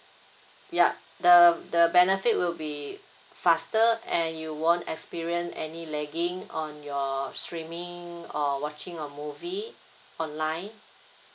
ya the the benefit will be faster and you won't experience any lagging on your streaming or watching a movie online